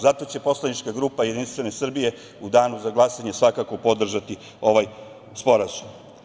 Zato će poslanička grupa Jedinstvene Srbije u danu za glasanje svakako podržati ovaj sporazum.